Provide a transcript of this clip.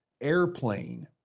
airplane